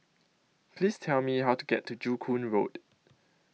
Please Tell Me How to get to Joo Koon Road